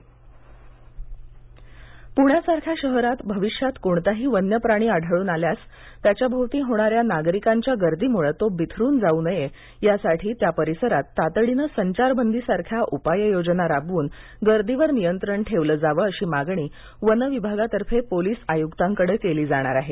गवा पुण्यासारख्या शहरात भविष्यात कोणताही वन्यप्राणी आढळून आल्यास त्याच्याभोवती होणाऱ्या नागरिकांच्या गर्दीमुळं तो बिथरून जाऊ नये यासाठी त्यापरिसरात तातडीनं संचारबंदी सारख्या उपाय योजना राबवून गर्दीवर नियंत्रण ठेवलं जावं अशी मागणी वन विभागातर्फे पोलीस आयुक्तांकडं केली जाणार आहे